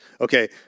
Okay